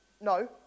No